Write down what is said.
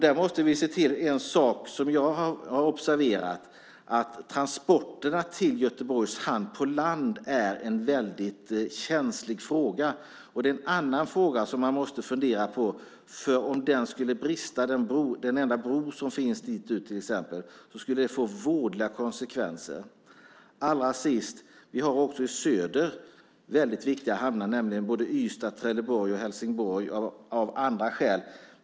Där måste vi se till en sak som jag har observerat, nämligen att transporterna på land till Göteborgs hamn är en väldigt känslig fråga som man måste fundera på. Om den enda bron som finns dit ut skulle brista till exempel skulle det få vådliga konsekvenser. Vi har också i söder väldigt viktiga hamnar, nämligen Ystad, Trelleborg och Helsingborg, av andra skäl.